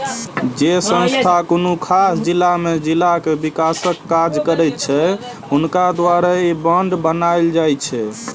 जे संस्था कुनु खास जिला में जिला के विकासक काज करैत छै हुनका द्वारे ई बांड बनायल जाइत छै